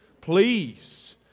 please